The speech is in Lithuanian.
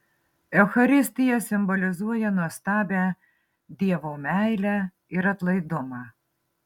eucharistija simbolizuoja nuostabią dievo meilę ir atlaidumą